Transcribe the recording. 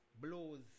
blows